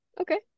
okay